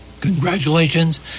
congratulations